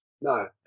No